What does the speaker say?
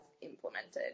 implemented